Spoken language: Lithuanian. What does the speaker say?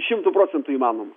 šimtu procentų įmanoma